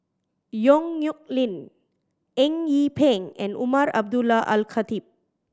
Yong Nyuk Lin Eng Yee Peng and Umar Abdullah Al Khatib